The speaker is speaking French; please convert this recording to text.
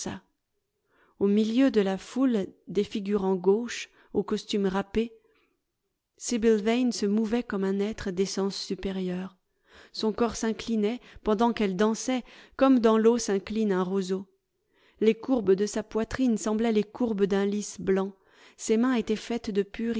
au milieu de la foule des figurants gauches aux costumes râpés sibyl yane se mouvait comme un être d'essence supérieure son corps s'inclinait pendant qu elle dansait comme dans l'eau s'incline un roseau les courbes de sa poitrine semblaient les courbes d'un lis blanc ses mains étaient faites de pur